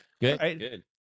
good